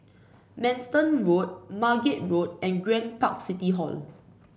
Manston Road Margate Road and Grand Park City Hall